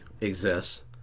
exists